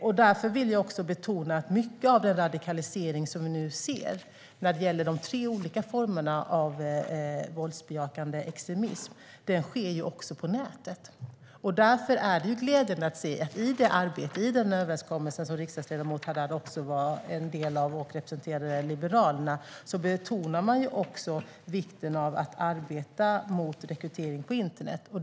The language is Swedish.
Jag vill därför betona att mycket av den radikalisering som vi nu ser när det gäller de tre olika formerna av våldsbejakande extremism också sker på nätet. Därför är det glädjande att se att i det arbete och i den överenskommelse som riksdagsledamot Haddad var en del av och representerade Liberalerna betonade man också vikten av att arbeta mot rekrytering på internet.